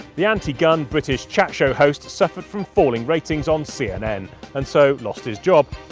the anti-gun british chatshow host suffered from falling ratings on cnn and so lost his job.